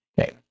Okay